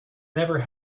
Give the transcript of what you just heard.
never